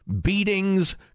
beatings